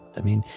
i mean,